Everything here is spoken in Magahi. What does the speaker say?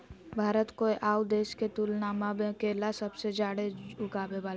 भारत कोय आउ देश के तुलनबा में केला सबसे जाड़े उगाबो हइ